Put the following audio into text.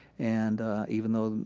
and even though,